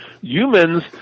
humans